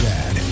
Bad